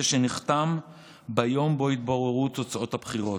שנחתם ביום שבו התבררו תוצאות הבחירות,